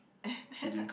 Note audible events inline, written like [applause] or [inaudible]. [laughs] and then her